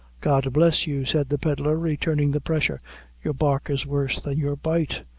god bless you! said the pedlar, returning the pressure your bark is worse than your bite.